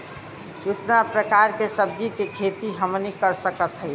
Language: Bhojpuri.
कितना प्रकार के सब्जी के खेती हमनी कर सकत हई?